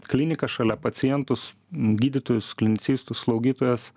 klinikas šalia pacientus gydytojus klinicistus slaugytojas